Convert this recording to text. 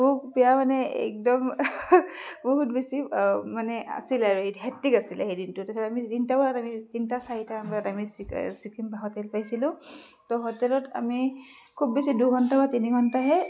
ভোক পিয়াহ মানে একদম বহুত বেছি মানে আছিলে হেক্টিক আছিলে সেই দিনটোত তাৰপাছত আমি তিনটা বজাত আমি তিনটা চাৰিটা বজাত আমি ছিক্কিম হোটেল পাইছিলোঁ তহ হোটেলত আমি খুব বেছি দুঘণ্টা বা তিনি ঘণ্টাহে